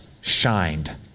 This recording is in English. shined